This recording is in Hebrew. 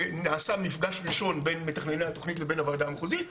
נעשה מפגש ראשון בין מתכנני התוכנית לבין הוועדה המחוזית,